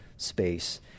space